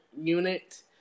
unit